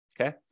okay